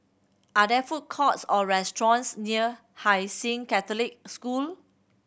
are there food courts or restaurants near Hai Sing Catholic School